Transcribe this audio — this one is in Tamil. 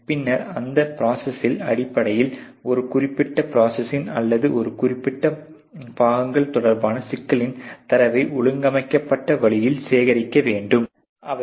பின்னர் இந்த ப்ரோசஸின் அடிப்படையில் ஒரு குறிப்பிட்ட ப்ரோசஸின் அல்லது ஒரு குறிப்பிட்ட பாகங்கள் தொடர்பான சிக்கல்களின் தரவை ஒழுங்கமைக்கப்பட்ட வழியில் சேகரிக்க முடியும்